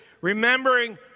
remembering